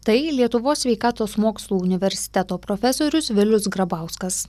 tai lietuvos sveikatos mokslų universiteto profesorius vilius grabauskas